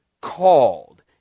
called